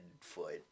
foot